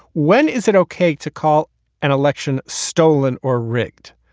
when is it okay to call an election stolen or rigged?